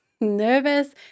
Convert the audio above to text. nervous